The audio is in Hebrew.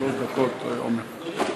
שלוש דקות, עמר.